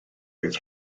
oedd